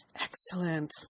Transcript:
Excellent